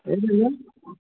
ए